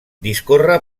discorre